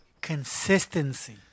consistency